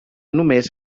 només